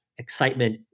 excitement